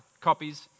copies